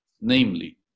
namely